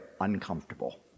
uncomfortable